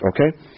okay